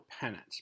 Penance